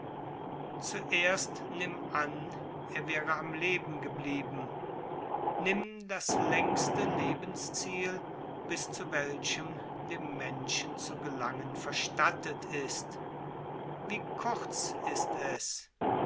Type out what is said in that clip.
zuerst nimm an er wäre am leben geblieben nimm das längste lebensziel bis zu welchem dem menschen zu gelangen verstattet ist wie kurz ist es